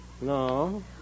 No